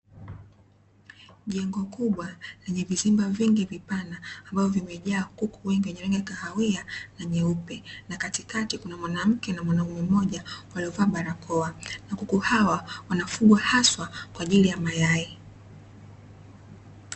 Jengo kubwa lenye vizinga vingi vipana ambavyo vimejaa kuku wengi wenye rangi ya kahawia na nyeupe, na katikati kuna mwanamke na mwanaume mmoja waliovaa barakoa, na kukuhawa wanaugwa haswa kwa ajili ya mayai.